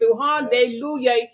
Hallelujah